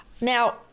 Now